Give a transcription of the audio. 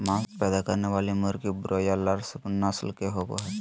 मांस पैदा करने वाली मुर्गी ब्रोआयालर्स नस्ल के होबे हइ